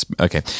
Okay